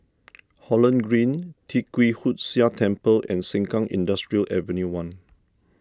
Holland Green Tee Kwee Hood Sia Temple and Sengkang Industrial Avenue one